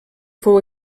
fou